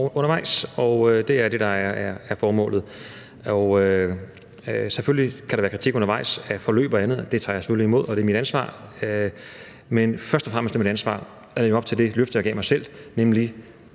undervejs, og det er det, der er formålet. Selvfølgelig kan der være kritik undervejs af forløb og andet; det tager jeg selvfølgelig imod, og det er mit ansvar, men først og fremmest er mit ansvar at leve op til det løfte, jeg gav mig selv, nemlig: